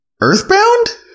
Earthbound